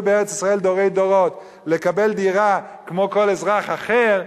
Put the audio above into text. בארץ-ישראל דורי דורות לקבל דירה כמו כל אזרח אחר,